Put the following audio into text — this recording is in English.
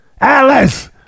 Alice